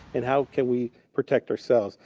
and how can we protect ourselves.